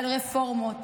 על רפורמות,